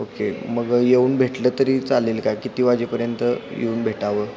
okay मग येऊन भेटलं तरी चालेल का किती वाजेपर्यंत येऊन भेटावं